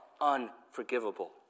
unforgivable